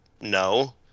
no